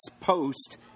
post